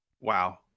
Wow